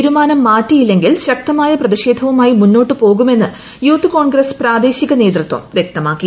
തീരുമാനം മാറ്റിയില്ലെങ്കിൽ നേതൃത്വം ശക്തമായ പ്രതിഷേധവുമായി മുന്നോട്ട്പോകുമെന്ന് യൂത്ത് കോൺഗ്രസ് പ്രാദേശിക നേതൃത്വം വ്യക്തമാക്കി